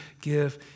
give